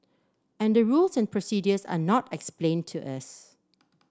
and the rules and procedures are not explained to us